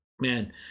man